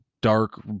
dark